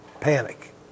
panic